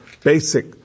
basic